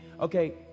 Okay